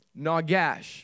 Nagash